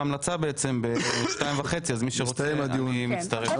המלצה בשעה שתיים וחצי אז מי שרוצה יכול להצטרף.